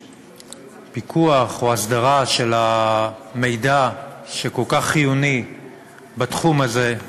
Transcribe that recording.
בפיקוח או בהסדרה של המידע הכל-כך חיוני בתחום הזה,